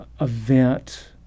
event